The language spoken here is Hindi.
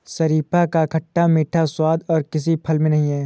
शरीफा का खट्टा मीठा स्वाद और किसी फल में नही है